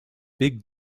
big